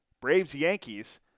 Braves-Yankees